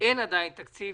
אין עדיין תקציב,